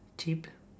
cheap